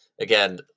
Again